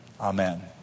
Amen